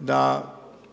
da